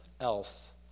else